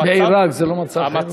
המצב, בעיראק זה לא מצב חירום?